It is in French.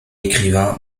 écrivain